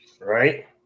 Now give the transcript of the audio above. right